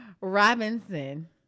Robinson